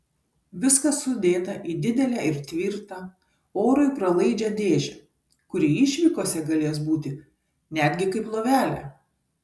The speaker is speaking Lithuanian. viskas sudėta į didelę ir tvirtą orui pralaidžią dėžę kuri išvykose galės būti netgi kaip lovelė